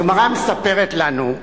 הגמרא מספרת לנו: